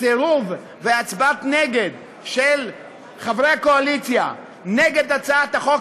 הסירוב והצבעת חברי הקואליציה נגד הצעת החוק